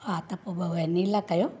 हा त पोइ ॿ वेनिला कयो